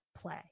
play